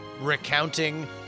recounting